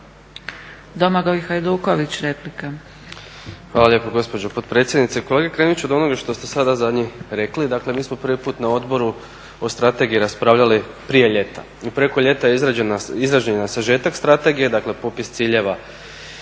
Domagoj Hajduković, replika.